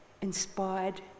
inspired